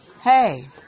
hey